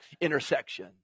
intersection